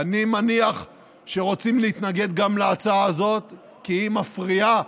אני מניח שהם רוצים להתנגד גם להצעה הזאת כי היא מפריעה